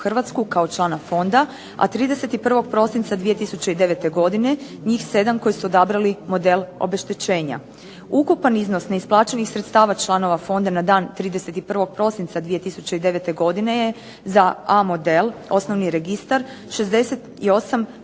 Hrvatsku kao člana fonda, a 31. prosinca 2009. godine njih 7 koji su odabrali model obeštećenja. Ukupan iznos neisplaćenih sredstava članova fonda na dan 31. prosinca 2009. godine je za A model osnovni registar 68